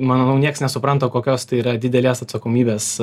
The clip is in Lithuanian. manau nieks nesupranta kokios tai yra didelės atsakomybės